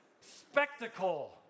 spectacle